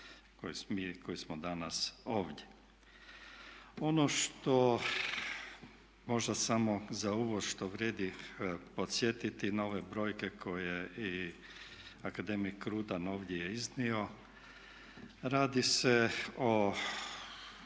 koji smo danas ovdje. Ono što možda samo za uvod što vrijedi podsjetiti na ove brojke koje je i akademik Rudan ovdje iznio, radi se o